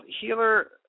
healer